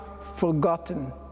forgotten